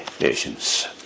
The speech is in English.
nations